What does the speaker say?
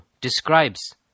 describes